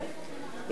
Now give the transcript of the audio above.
היא חתומה,